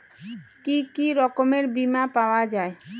কি কি রকমের বিমা পাওয়া য়ায়?